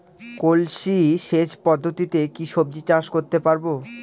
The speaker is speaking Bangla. কলসি সেচ পদ্ধতিতে কি সবজি চাষ করতে পারব?